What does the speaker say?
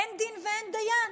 אין דין ואין דיין.